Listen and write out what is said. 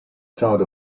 thought